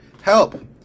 Help